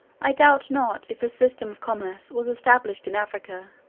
i doubt not, if a system of commerce was established in africa,